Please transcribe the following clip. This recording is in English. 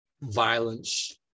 violence